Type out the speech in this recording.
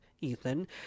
Ethan